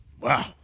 Wow